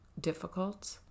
difficult